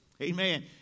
Amen